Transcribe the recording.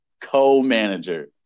co-manager